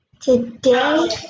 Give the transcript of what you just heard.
today